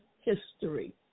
history